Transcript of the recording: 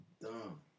Dumb